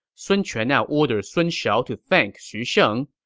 sun quan now ordered sun shao to thank xu sheng,